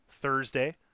Thursday